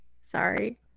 Sorry